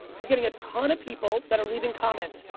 you're getting a ton of people that are leaving comments.